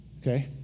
Okay